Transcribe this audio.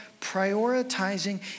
prioritizing